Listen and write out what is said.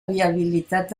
viabilitat